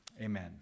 amen